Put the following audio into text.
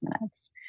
minutes